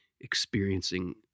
experiencing